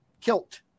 kilt